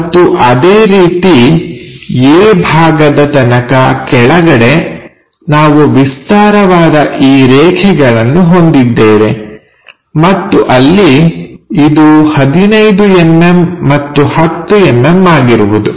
ಮತ್ತು ಅದೇ ರೀತಿ A ಭಾಗದ ತನಕ ಕೆಳಗಡೆ ನಾವು ವಿಸ್ತಾರವಾದ ಈ ರೇಖೆಗಳನ್ನು ಹೊಂದಿದ್ದೇವೆ ಮತ್ತು ಅಲ್ಲಿ ಇದು 15mm ಮತ್ತು 10mm ಆಗಿರುವುದು